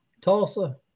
Tulsa